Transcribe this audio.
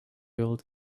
old